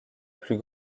plus